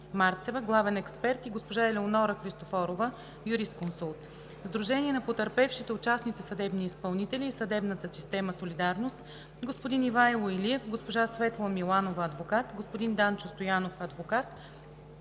Марцева – главен секретар, и госпожа Елеонора Христофорова – юрисконсулт; от „Сдружение на потърпевшите от частните съдебни изпълнители и съдебната система – Солидарност" – господин Ивайло Илиев, госпожа Светла Миланова – адвокат, господин Данчо Стоянов – адвокат,